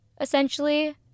Essentially